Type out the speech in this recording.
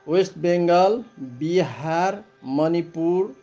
West Bengal Bihar Manipur